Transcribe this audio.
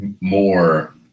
more